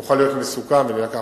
יוכל להיות מסוכם ויובא בחשבון.